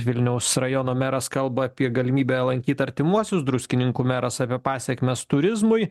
vilniaus rajono meras kalba apie galimybę lankyt artimuosius druskininkų meras apie pasekmes turizmui